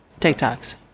TikToks